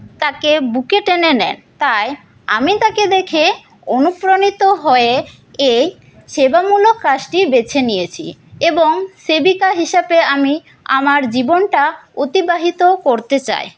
তাকে বুকে টেনে নেন তাই আমি তাকে দেখে অনুপ্রাণিত হয়ে এই সেবামূলক কাজটি বেছে নিয়েছি এবং সেবিকা হিসাবে আমি আমার জীবনটা অতিবাহিত করতে চাই